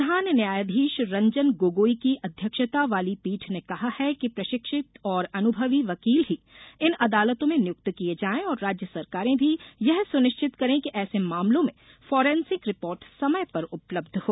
प्रधान न्यायाधीश रंजन गोगोई की अध्यक्षता वाली पीठ ने कहा है कि प्रशिक्षित और अनुभवी वकील ही इन अदालतों में नियुक्त किये जायें और राज्य सरकारें भी यह सुनिश्चित करें कि ऐसे मामलों में फोरेन्सिक रिपोर्ट समय पर उपलब्ध हो